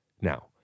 Now